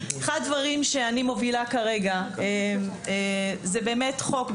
אחד הדברים שאני מובילה כרגע זה באמת חוק,